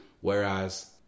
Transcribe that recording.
whereas